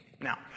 Now